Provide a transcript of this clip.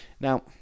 Now